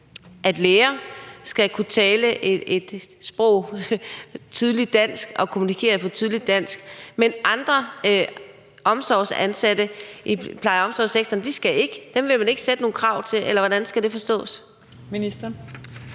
skal læger kunne tale et tydeligt dansk og kommunikere på et tydeligt dansk, mens andre ansatte i pleje- og omsorgssektoren ikke skal? Dem vil man ikke stille nogen krav til, eller hvordan skal det forstås? Kl.